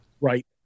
Right